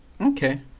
okay